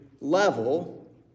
level